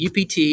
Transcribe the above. UPT